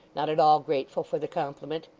not at all grateful for the compliment,